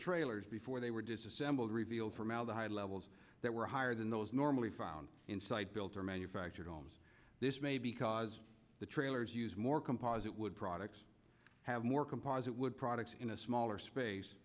trailers before they were disassembled revealed formaldehyde levels that were higher than those normally found inside built or manufactured homes this may be because the trailers use more composite wood products have more composite wood products in a smaller space